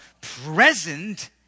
present